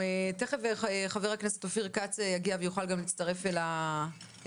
תיכף חבר הכנסת אופיר כץ יגיע ויוכל להצטרף אל הדיון.